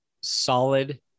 solid